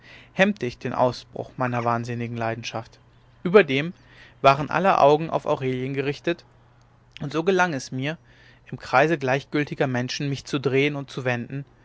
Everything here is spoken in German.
hemmte ich den ausbruch meiner wahnsinnigen leidenschaft überdem waren aller augen auf aurelien gerichtet und so gelang es mir im kreise gleichgültiger menschen mich zu drehen und zu wenden